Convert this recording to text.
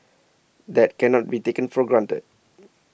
that cannot be taken for granted